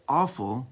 awful